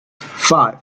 five